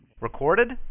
Recorded